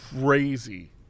crazy